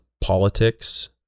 politics